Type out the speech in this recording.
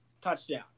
touchdown